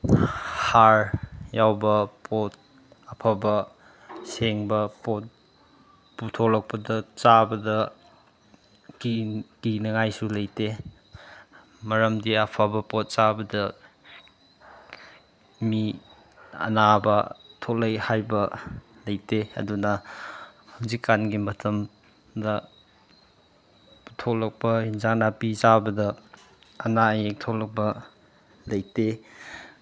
ꯍꯥꯔ ꯌꯥꯎꯕ ꯄꯣꯠ ꯑꯐꯕ ꯁꯦꯡꯕ ꯄꯣꯠ ꯄꯨꯊꯣꯛꯂꯛꯄꯗ ꯆꯥꯕꯗ ꯀꯤꯅꯤꯡꯉꯥꯏꯁꯨ ꯂꯩꯇꯦ ꯃꯔꯝꯗꯤ ꯑꯐꯕ ꯄꯣꯠ ꯆꯥꯕꯗ ꯃꯤ ꯑꯅꯥꯕ ꯊꯣꯛꯂꯛꯏ ꯍꯥꯏꯕ ꯂꯩꯇꯦ ꯑꯗꯨꯅ ꯍꯧꯖꯤꯛꯀꯥꯟꯒꯤ ꯃꯇꯝꯗ ꯄꯨꯊꯣꯛꯂꯛꯄ ꯌꯦꯟꯁꯥꯡ ꯅꯥꯄꯤ ꯆꯥꯕꯗ ꯑꯅꯥ ꯑꯌꯦꯛ ꯊꯣꯛꯂꯛꯄ ꯂꯩꯇꯦ